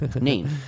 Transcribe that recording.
name